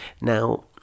now